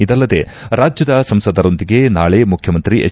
ಇದಲ್ಲದೇ ರಾಜ್ಯದ ಸಂಸದರೊಂದಿಗೆ ನಾಳೆ ಮುಖ್ಯಮಂತ್ರಿ ಎಚ್